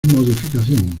modificación